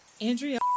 Andrea